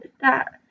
that-